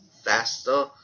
faster